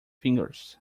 fingers